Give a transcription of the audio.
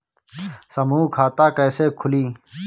समूह खाता कैसे खुली?